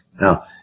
Now